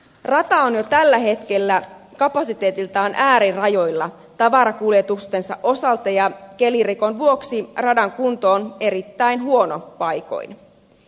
rata on jo tällä hetkellä kapasiteetiltaan äärirajoilla tavarakuljetustensa osalta ja kelirikon vuoksi radan kunto on erittäin huono paikoin